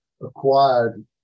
acquired